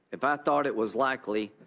if i thought it was likely,